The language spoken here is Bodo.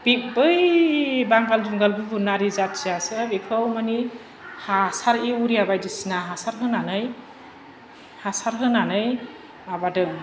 बे बै बांगाल जुंगाल गुबुनारि जाथियासो बेखौ मानि हासार इउरिया बायदिसिना हासार होनानै हासार होनानै माबादों